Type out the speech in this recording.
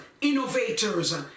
innovators